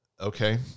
Okay